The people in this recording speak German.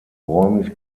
räumlich